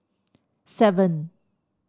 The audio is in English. seven